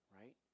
right